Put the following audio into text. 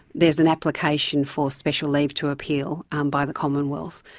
there's an application for special leave to appeal um by the commonwealth.